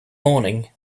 morning